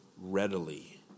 readily